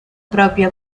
propia